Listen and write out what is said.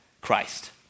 Christ